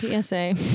PSA